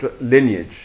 lineage